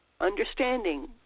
understanding